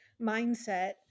mindset